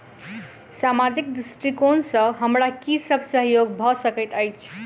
सामाजिक दृष्टिकोण सँ हमरा की सब सहयोग भऽ सकैत अछि?